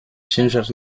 ciężar